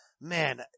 man